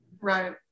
Right